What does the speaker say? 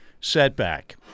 setback